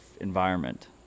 environment